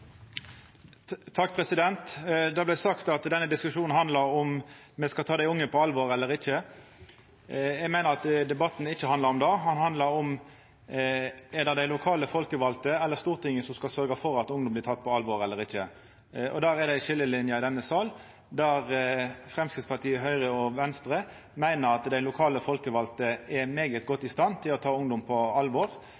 Det vart sagt at denne diskusjonen handlar om me skal ta dei unge på alvor eller ikkje. Eg meiner at debatten ikkje handlar om det – han handlar om det er dei lokale folkevalde eller Stortinget som skal sørgja for at ungdommen blir teken på alvor. Der er det ei skiljelinje i denne salen. Framstegspartiet, Høgre og Venstre meiner at dei lokale folkevalde er svært godt